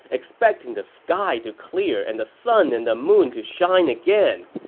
expecting the sky to clear and the sun and the moon to shine again.